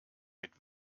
mit